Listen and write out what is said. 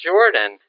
Jordan